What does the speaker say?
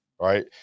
right